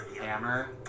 Hammer